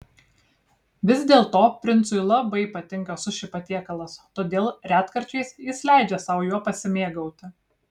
vis dėlto princui labai patinka suši patiekalas todėl retkarčiais jis leidžia sau juo pasimėgauti